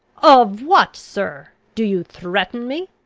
of what, sir do you threaten me?